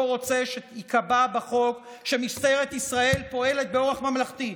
רוצה שייקבע בחוק שמשטרת ישראל פועלת באורח ממלכתי.